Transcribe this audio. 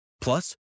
Plus